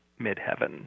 midheaven